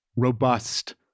robust